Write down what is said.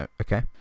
okay